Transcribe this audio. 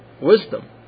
wisdom